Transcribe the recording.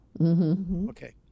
Okay